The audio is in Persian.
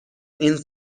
این